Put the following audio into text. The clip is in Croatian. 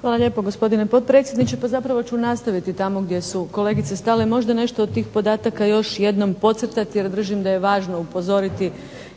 Hvala lijepo gospodine potpredsjedniče. Pa zapravo ću nastaviti tamo gdje su kolegice stale, možda nešto od tih podataka još jednom podcrtati, jer držim da je važno upozoriti